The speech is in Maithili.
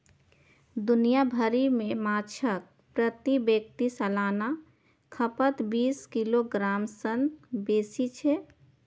दुनिया भरि मे माछक प्रति व्यक्ति सालाना खपत बीस किलोग्राम सं बेसी छै